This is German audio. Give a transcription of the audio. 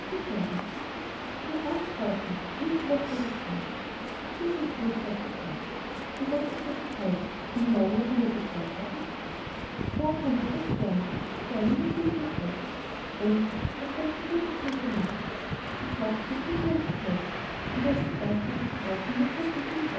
gefällt mir mir auch kaufen eine peitsche rief georg ihr seid klug sagte die tante ihr wollt also schon heute und morgen noch einmal beschert haben ja tante recht gern rief das kleine mutwillige volk und was wollte die gute tante machen sie kaufte die puppe und die peitsche und als sie erstere gerade dem